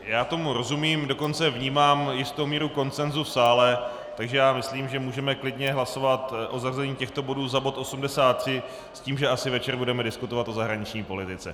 Já tomu rozumím, dokonce vnímám jistou míru konsensu v sále, takže myslím, že můžeme klidně hlasovat o zařazení těchto bodů za bod 83 s tím, že asi večer budeme diskutovat o zahraniční politice.